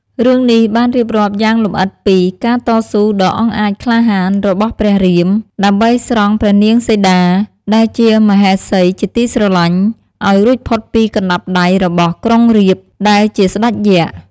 រឿងនេះបានរៀបរាប់យ៉ាងលម្អិតពី ការតស៊ូដ៏អង់អាចក្លាហានរបស់ព្រះរាម ដើម្បីស្រង់ ព្រះនាងសីតា ដែលជាមហេសីជាទីស្រឡាញ់ ឲ្យរួចផុតពីកណ្ដាប់ដៃរបស់ ក្រុងរាពណ៍ ដែលជាស្ដេចយក្ស។